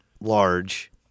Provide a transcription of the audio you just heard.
large